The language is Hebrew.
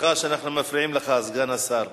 סליחה שאנחנו מפריעים לך, סגן השר.